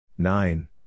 Nine